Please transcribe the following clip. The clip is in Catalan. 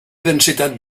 densitat